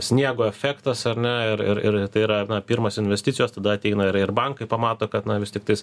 sniego efektas ar ne ir ir ir tai yra na pirmos investicijos tada ateina ir ir bankai pamato kad na vis tiktais